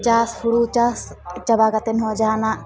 ᱪᱟᱥ ᱦᱩᱲᱩ ᱪᱟᱥ ᱪᱟᱵᱟ ᱠᱟᱛᱮᱫᱦᱚᱸ ᱡᱟᱦᱟᱱᱟᱜ